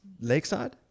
lakeside